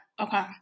okay